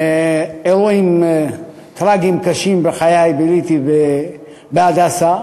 אירועים טרגיים קשים בחיי ביליתי ב"הדסה",